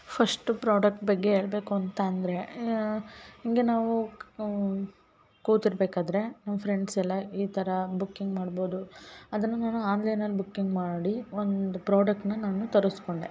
first product ಬಗ್ಗೆ ಹೇಳ್ಬೇಕು ಅಂತ ಅಂದರೆ ಹಿಂಗೆ ನಾವು ಕೂತಿರ್ಬೇಕಾದರೆ ನಮ್ಮ ಫ್ರೆಂಡ್ಸ್ ಎಲ್ಲ ಈ ಥರ ಬುಕ್ಕಿಂಗ್ ಮಾಡ್ಬೌದು ಅದನ್ನ ನಾನು ಆನ್ಲೈನಲ್ಲಿ ಬುಕ್ಕಿಂಗ್ ಮಾಡಿ ಒಂದು ಪ್ರಾಡಕ್ಟ್ನ ನಾನು ತರಸ್ಕೊಂಡೆ